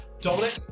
dominic